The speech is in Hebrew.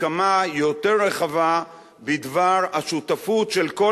הסכמה יותר רחבה בדבר השותפות של כל